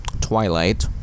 Twilight